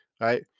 right